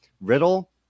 Riddle